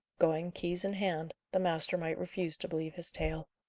going, keys in hand, the master might refuse to believe his tale.